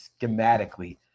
schematically